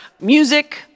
music